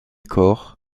corre